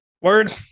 Word